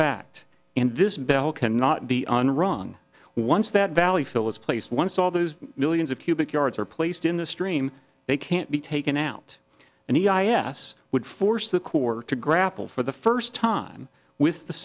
fact and this bell cannot be on wrong once that valley fill is placed once all those millions of cubic yards are placed in the stream they can't be taken out and he i a s would force the court to grapple for the first time with the